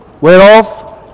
whereof